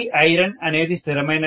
Piron అనేది స్థిరమైనది